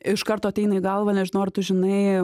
iš karto ateina į galvą nežinau ar tu žinai